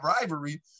rivalry